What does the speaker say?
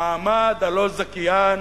המעמד הלא-זכיין,